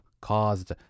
caused